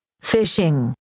fishing